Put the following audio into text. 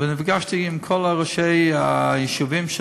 ונפגשתי עם כל ראשי היישובים,